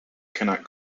cannot